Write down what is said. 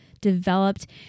developed